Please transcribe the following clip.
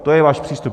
To je váš přístup.